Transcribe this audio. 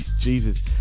Jesus